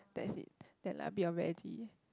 that's it then like a bit of veggie